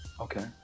Okay